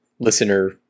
listener